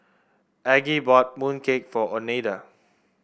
Aggie bought mooncake for Oneida